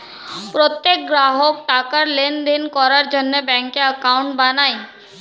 প্রত্যেক গ্রাহক টাকার লেনদেন করার জন্য ব্যাঙ্কে অ্যাকাউন্ট বানায়